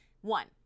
One